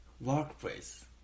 Workplace